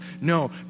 No